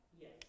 Yes